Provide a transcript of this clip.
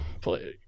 play